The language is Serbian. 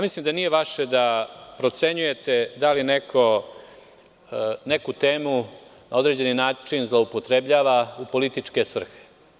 Mislim da nije vaše da procenjujete da li neko neku temu na određeni način zloupotrebljava u političke svrhe.